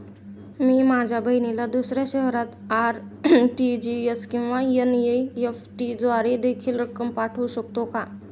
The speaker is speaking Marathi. मी माझ्या बहिणीला दुसऱ्या शहरात आर.टी.जी.एस किंवा एन.इ.एफ.टी द्वारे देखील रक्कम पाठवू शकतो का?